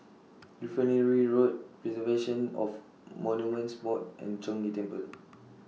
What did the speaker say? Refinery Road Preservation of Monuments Board and Chong Ghee Temple